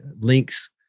links